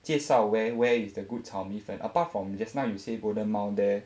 介绍 where where is the good 炒米粉 apart from just now you say golden mile there